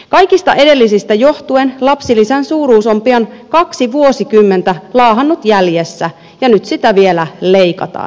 kaikista edellisistä johtuen lapsilisän suuruus on pian kaksi vuosikymmentä laahannut jäljessä ja nyt sitä vielä leikataan